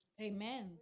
Amen